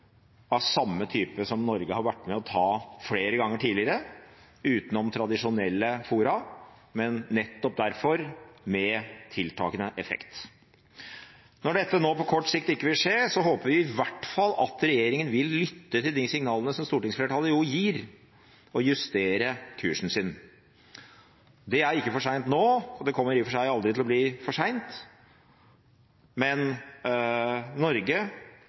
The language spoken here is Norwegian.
av samme type som Norge har vært med på å ta flere ganger tidligere – utenom tradisjonelle fora, men nettopp derfor med tiltakende effekt. Når dette på kort sikt ikke vil skje, håper vi i hvert fall at regjeringen vil lytte til de signalene som stortingsflertallet gir, og justere kursen. Det er ikke for sent nå, og det kommer i og for seg aldri til å bli for sent. Men Norge